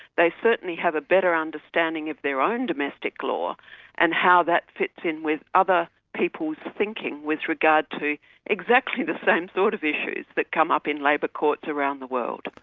they certainly have a better understanding of their own domestic law and how that fits in with other peoples' thinking with regard to exactly the same sort of issues that come up in labour courts around the world.